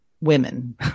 women